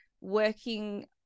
working